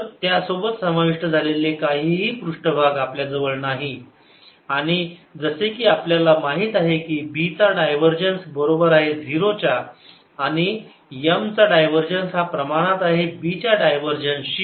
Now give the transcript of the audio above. तर त्यासोबत समाविष्ट झालेले काहीही पृष्ठभाग आपल्याजवळ नाही आणि जसे की आपल्याला माहीत आहे B चा डायव्हरजन्स बरोबर आहे 0 च्या आणि M चा डायव्हरजन्स हा प्रमाणात आहे B च्या डायव्हरजन्सशी